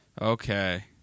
Okay